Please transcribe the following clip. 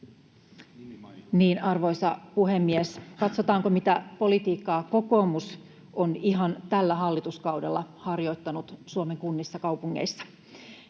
Arvoisa puhemies! Katsotaanko, mitä politiikkaa kokoomus on ihan tällä hallituskaudella harjoittanut Suomen kunnissa ja kaupungeissa